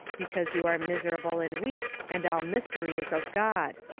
because you are miserable and weak, and all mystery is of god.